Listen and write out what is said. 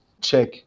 check